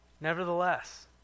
Nevertheless